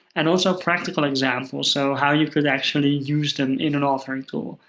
and also practical examples, so how you could actually use them in an authoring tool.